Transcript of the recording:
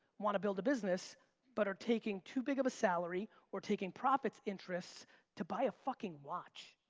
wanna build a business but are taking too big of a salary, or taking profit interests to buy a fucking watch.